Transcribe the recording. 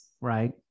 right